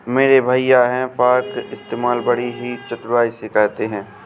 मेरे भैया हे फार्क इस्तेमाल बड़ी ही चतुराई से करते हैं